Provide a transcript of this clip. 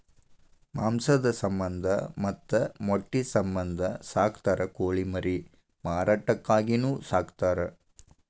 ಮಾಂಸದ ಸಮಂದ ಮತ್ತ ಮೊಟ್ಟಿ ಸಮಂದ ಸಾಕತಾರ ಕೋಳಿ ಮರಿ ಮಾರಾಟಕ್ಕಾಗಿನು ಸಾಕತಾರ